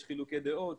יש חילוקי דעות,